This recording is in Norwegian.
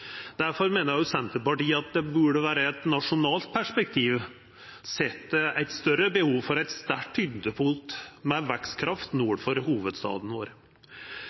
meiner Senterpartiet at ein burde ha eit nasjonalt perspektiv og sjå eit større behov for eit sterkt tyngdepunkt med vekstkraft nord for hovudstaden vår.